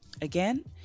Again